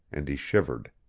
and he shivered.